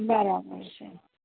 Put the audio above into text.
બરાબર છે